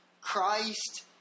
Christ